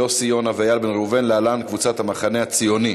יוסי יונה ואיל בן ראובן (להלן: קבוצת סיעת המחנה הציוני).